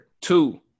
Two